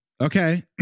Okay